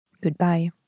Goodbye